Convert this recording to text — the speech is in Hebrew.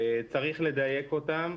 צריך לדייק אותם.